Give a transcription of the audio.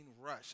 rush